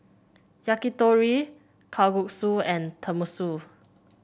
Yakitori Kalguksu and Tenmusu